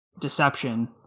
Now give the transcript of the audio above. deception